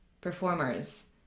performers